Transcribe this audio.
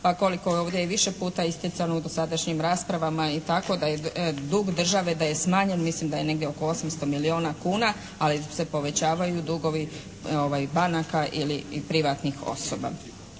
Pa koliko je ovdje više puta isticano u dosadašnjim raspravama dug države da je smanjen, mislim da je negdje oko 800 milijuna kuna ali se povećavaju dugovi banaka i privatnih osoba.